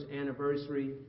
anniversary